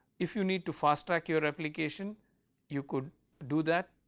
if you need to fast track your application you could do that